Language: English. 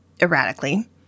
erratically